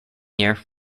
year